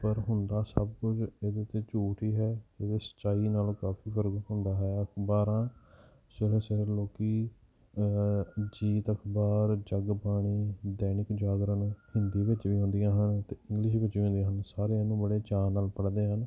ਪਰ ਹੁੰਦਾ ਸਭ ਕੁਝ ਇਹਦੇ 'ਤੇ ਝੂਠ ਹੀ ਹੈ ਅਤੇ ਸੱਚਾਈ ਨਾਲੋਂ ਕਾਫ਼ੀ ਫਰਕ ਹੁੰਦਾ ਹੈ ਅਖ਼ਬਾਰਾਂ ਸਵੇਰੇ ਸਵੇਰੇ ਲੋਕ ਅਜੀਤ ਅਖ਼ਬਾਰ ਜਗਬਾਣੀ ਦੈਨਿਕ ਜਾਗਰਣ ਹਿੰਦੀ ਵਿੱਚ ਵੀ ਹੁੰਦੀਆਂ ਹਨ ਅਤੇ ਇੰਗਲਿਸ਼ ਵਿੱਚ ਵੀ ਹੁੰਦੀਆਂ ਹਨ ਸਾਰੇ ਇਹਨੂੰ ਬੜੇ ਚਾਅ ਨਾਲ ਪੜ੍ਹਦੇ ਹਨ